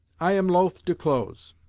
i am loth to close.